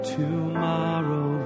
tomorrow